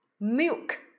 Milk